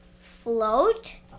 float